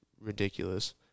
ridiculous